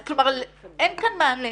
כלומר, אין כאן מענה.